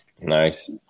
Nice